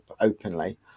openly